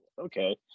okay